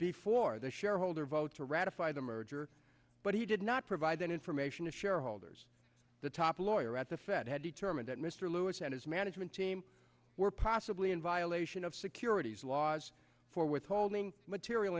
before the shareholder vote to ratify the merger but he did not provide that information to shareholders the top lawyer at the fed had determined that mr lewis and his management team were possibly in violation of securities laws for withholding material